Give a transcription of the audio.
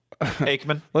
Aikman